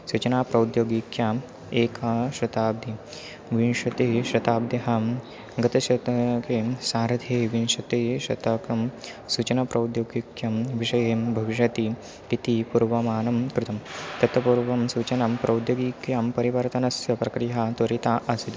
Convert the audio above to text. सूचनाप्रौद्योगिक्याम् एका शताब्धिः विंशतिः शताब्ध्यां गतशताके सार्धे विंशते शतकं सूचनाप्रौद्योगिक्यां विषयं भविष्यति इति पूर्वमानं कृतं तत् पूर्वं सूचनां प्रौद्योगिक्यां परिवर्तनस्य प्रक्रिया त्वरिता आसीत्